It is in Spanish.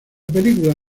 película